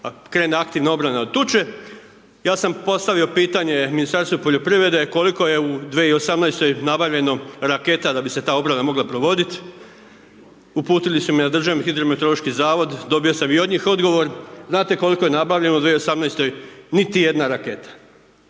krene aktivna obrana od tuče. Ja sam postavio pitanje Ministarstvu poljoprivrede koliko je u 2018.-toj nabavljeno raketa da bi se ta obrana mogla provodit, uputili su me na Državni hidrometeorološki zavod, dobio sam i od njih odgovor. Znate koliko je nabavljeno u 2018.-toj? Niti jedna raketa,